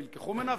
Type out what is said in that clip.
נלקחו ממנה,